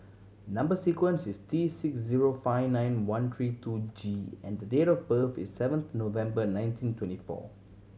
number sequence is T six zero five nine one three two G and the date of birth is seventh November nineteen twenty four